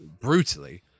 brutally